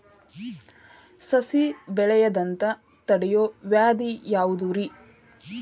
ಸಸಿ ಬೆಳೆಯದಂತ ತಡಿಯೋ ವ್ಯಾಧಿ ಯಾವುದು ರಿ?